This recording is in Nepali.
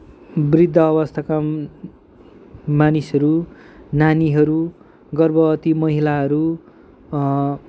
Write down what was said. वृद्ध अवस्थाका मानिसहरू नानीहरू गर्भवती महिलाहरू